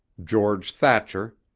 george thacher,